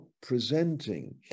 presenting